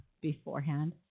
beforehand